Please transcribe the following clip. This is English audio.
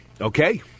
okay